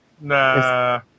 Nah